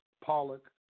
Pollock